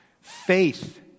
Faith